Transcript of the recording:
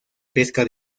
pesca